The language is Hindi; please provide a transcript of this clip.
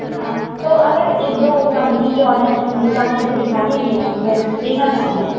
हाँ तो अगर एक दो कंपनी के और अच्छे होंगे तो आप मुझे दिखा दीजिए ना मैं देखना चाहूँगी